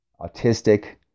Autistic